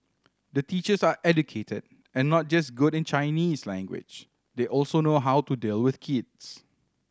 the teachers are educated and not just good in Chinese language they also know how to deal with kids